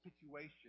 situation